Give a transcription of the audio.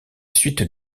suite